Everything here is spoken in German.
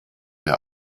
der